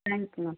thank you ma'am